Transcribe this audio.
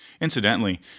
Incidentally